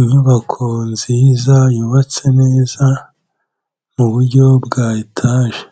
Inyubako nziza yubatse neza mu buryo bwa etaje,